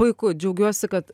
puiku džiaugiuosi kad